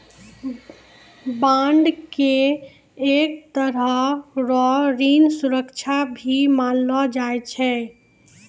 bond के एक तरह रो ऋण सुरक्षा भी मानलो जाय छै